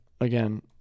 again